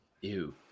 Ew